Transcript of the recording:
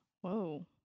Whoa